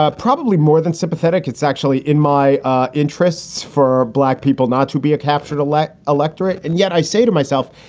ah probably more than sympathetic. it's actually in my interests for black people not to be a captured electorate. and yet i say to myself,